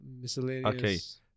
Miscellaneous